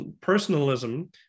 personalism